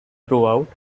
throughout